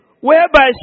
Whereby